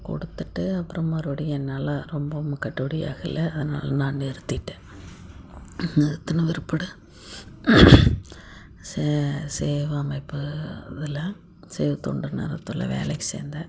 கொடுத்துவிட்டு அப்புறம் மறுபடியும் என்னால் ரொம்ப கட்டுப்படி ஆகல அதனால் நான் நிறுத்திட்டேன் நிறுத்தின பிற்பாடு ச சேவை அமைப்பு அதில் சேவைத்தொண்டு நிறுவனத்தில் வேலைக்கு சேர்ந்தேன்